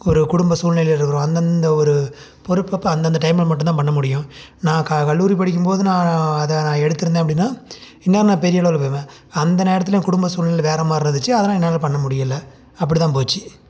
ஒரு குடும்ப சூல்நிலையில இருக்கிறோம் அந்தந்த ஒரு பொறுப்பப்ப அந்தந்த டைமில் மட்டும் தான் பண்ண முடியும் நான் க கல்லூரி படிக்கும் போது நான் நான் அதை நான் எடுத்துருந்தேன் அப்படின்னா இந்நேரம் நான் பெரிய லெவலில் போயிருப்பேன் அந்த நேரத்தில் எங்கள் குடும்ப சூழ்நிலை வேற மாதிரி இருந்துச்சு அதனால் என்னால் பண்ண முடியலை அப்படிதான் போய்ச்சு